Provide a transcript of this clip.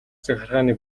захиргааны